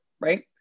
right